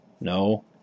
No